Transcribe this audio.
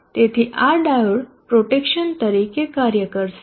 તેથી આ diode protection તરીકે કાર્ય કરશે